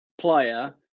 player